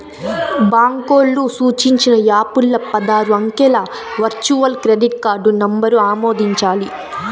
బాంకోల్లు సూచించిన యాపుల్ల పదారు అంకెల వర్చువల్ క్రెడిట్ కార్డు నంబరు ఆమోదించాలి